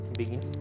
begin